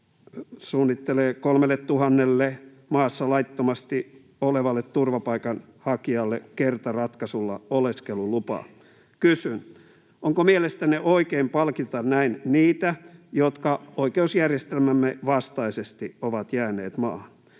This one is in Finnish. suunnittelee 3 000:lle maassa laittomasti olevalle turvapaikanhakijalle kertaratkaisulla oleskelulupaa. Kysyn: onko mielestänne oikein palkita näin niitä, jotka oikeusjärjestelmämme vastaisesti ovat jääneet maahan?